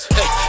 Hey